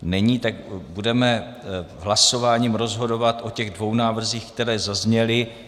Není Tak budeme hlasováním rozhodovat o těch dvou návrzích, které zazněly.